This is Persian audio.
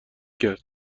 کرد